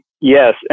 Yes